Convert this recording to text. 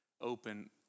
open